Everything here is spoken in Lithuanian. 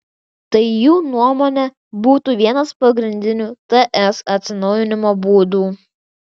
tai jų nuomone būtų vienas pagrindinių ts atsinaujinimo būdų